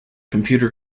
computer